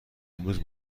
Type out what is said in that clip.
امروز